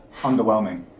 underwhelming